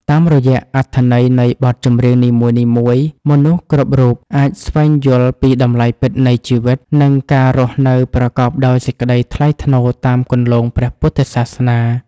តាមរយៈអត្ថន័យនៃបទចម្រៀងនីមួយៗ មនុស្សគ្រប់រូបអាចស្វែងយល់ពីតម្លៃពិតនៃជីវិត និងការរស់នៅប្រកបដោយសេចក្តីថ្លៃថ្នូរតាមគន្លងព្រះពុទ្ធសាសនា។